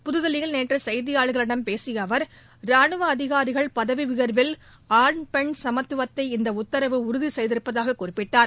புதுதில்லியில் நேற்று செய்தியாளர்களிடம் பேசிய அவர் ரானுவ அதிகாரிகள் பதவி உயர்வில் ஆண் பெண் சமத்துவத்தை இந்த உத்தரவு உறுதி செய்திருப்பதாக குறிப்பிட்டார்